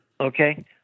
Okay